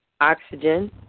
oxygen